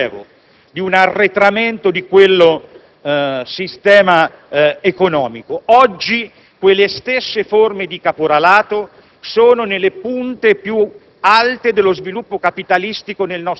condizione di lavoro. Siamo stati abituati a pensare che le forme di caporalato che abbiamo conosciuto nel Mezzogiorno in agricoltura fossero un portato del Medioevo,